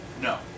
no